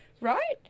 Right